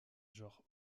genre